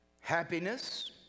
happiness